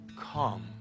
come